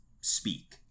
speak